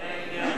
נא להצביע.